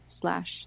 slash